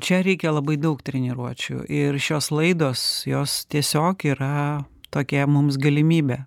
čia reikia labai daug treniruočių ir šios laidos jos tiesiog yra tokia mums galimybė